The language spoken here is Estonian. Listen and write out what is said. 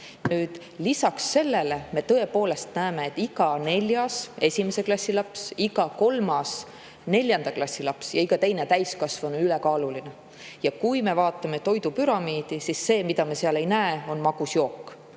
sellele me tõepoolest näeme, et iga neljas 1. klassi laps, iga kolmas 4. klassi laps ja iga teine täiskasvanu on ülekaaluline. Kui me vaatame toidupüramiidi, siis see, mida me seal ei näe, on magus jook.